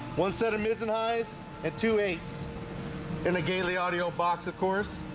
one set of mids and highs and two eights in a game the audio box of course